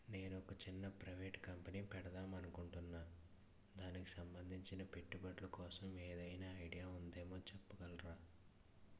నేను ఒక చిన్న ప్రైవేట్ కంపెనీ పెడదాం అనుకుంటున్నా దానికి సంబందించిన పెట్టుబడులు కోసం ఏదైనా ఐడియా ఉందేమో చెప్పగలరా?